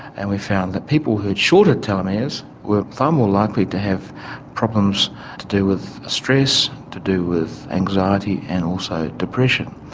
and we found that people who had shorter telomeres were far more likely to have problems to do with ah stress, to do with anxiety and also depression,